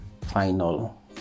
final